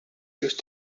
use